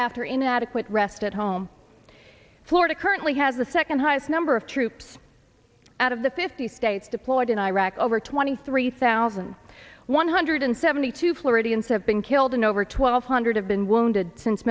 after inadequate rest at home florida currently has the second highest number of troops out of the fifty states deployed in iraq over twenty three thousand one hundred seventy two floridians have been killed and over twelve hundred have been wounded since